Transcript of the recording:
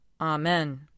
Amen